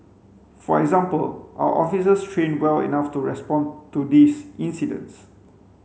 for example are officers trained well enough to respond to these incidents